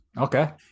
okay